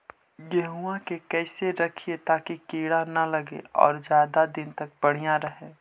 गेहुआ के कैसे रखिये ताकी कीड़ा न लगै और ज्यादा दिन तक बढ़िया रहै?